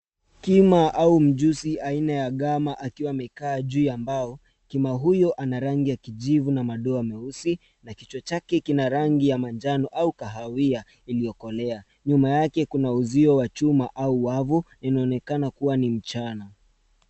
Kima au mjusi aina ya gama akiwa amekaa juu ya mbao. Kima huyo ana rangi ya kijivu na madoa meusi na kichwa chake kina rangi ya manjano au kahawia iliyokolea. Nyuma yake kuna uzio wa chuma au wavu. Inaonekana kuwa ni mchana.